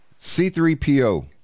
c3po